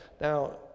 Now